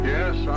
Yes